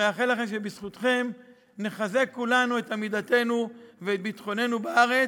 מאחל לכם שבזכותכם נחזק כולנו את עמידתנו ואת ביטחוננו בארץ,